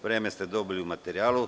Vreme ste dobili u materijalu.